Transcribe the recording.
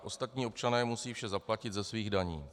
Ostatní občané musí vše zaplatit ze svých daní.